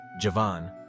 Javan